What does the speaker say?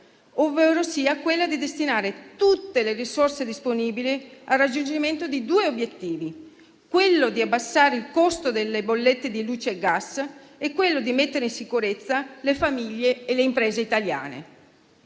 ovverosia quella di destinare tutte le risorse disponibili al raggiungimento di due obiettivi: abbassare il costo delle bollette di luce e gas e mettere in sicurezza le famiglie e le imprese italiane.